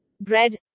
bread